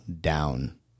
down